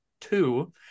two